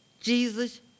Jesus